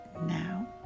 now